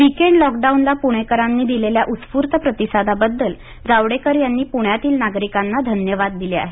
weekend lockdown ला प्णेकरांनी दिलेल्या उत्स्फूर्त प्रतिसादाबद्दल जावडेकर यांनी पुण्यातील नागरिकांना धन्यवाद दिले आहेत